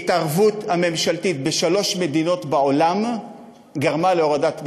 ההתערבות הממשלתית בשלוש מדינות בעולם גרמה להורדת מחירים.